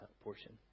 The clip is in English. portion